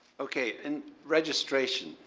okay. and registration.